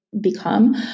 become